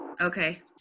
Okay